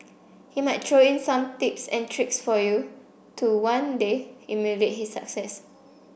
he might throw in some tips and tricks for you to one day emulate his success